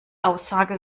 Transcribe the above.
aussage